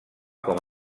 com